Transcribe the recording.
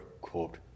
quote